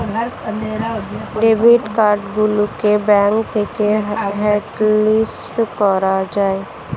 debit card গুলোকে bank থেকে hotlist করা যায়